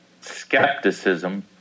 skepticism